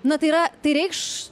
na tai yra tai reikš